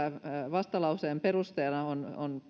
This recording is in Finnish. vastalauseen perusteena nimittäin on